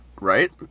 Right